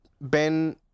ben